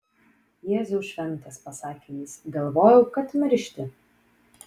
jėzau šventas pasakė jis galvojau kad miršti